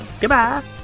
Goodbye